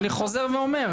אני חוזר ואומר,